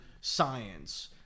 science